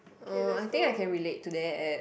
uh I think I can relate to that